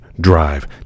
drive